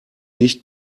nicht